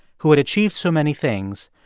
who had achieved so many things,